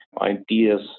ideas